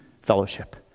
fellowship